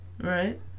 Right